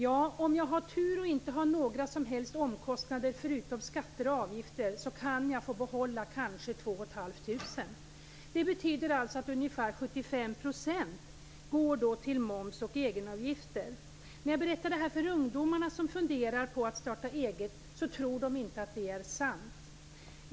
Ja, om jag har tur och inte har några som helst omkostnader förutom skatter och avgifter, så kan jag få behålla kanske 2 500. Det betyder alltså att ungefär 75 % går till moms och egenavgifter. När jag berättar det här för de ungdomar som funderar på att starta eget, tror de inte att det är sant.